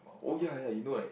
oh ya ya you know like